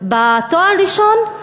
בתואר ראשון,